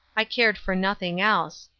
i cared for nothing else.